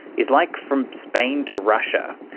it's like from spain to russia.